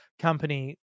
company